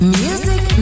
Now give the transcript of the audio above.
music